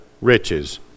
riches